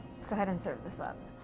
let's go ahead and serve this up.